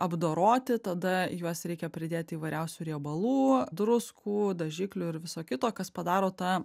apdoroti tada į juos reikia pridėt įvairiausių riebalų druskų dažiklių ir viso kito kas padaro tą